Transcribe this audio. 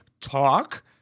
talk